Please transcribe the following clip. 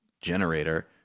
generator